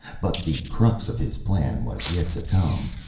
but the crux of his plan was yet to come.